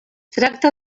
tracta